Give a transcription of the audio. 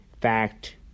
fact